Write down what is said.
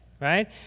right